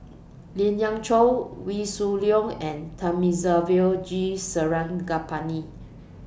Lien Ying Chow Wee Shoo Leong and Thamizhavel G Sarangapani